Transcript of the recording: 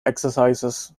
exercises